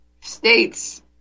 states